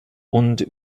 und